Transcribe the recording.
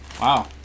Wow